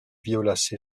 violacé